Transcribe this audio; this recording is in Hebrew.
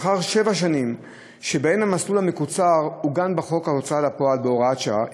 לאחר שבע שנים שבהן המסלול המקוצר עוגן בחוק ההוצאה לפועל בהוראת שעה,